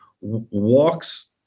walks